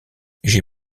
j’ai